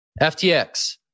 FTX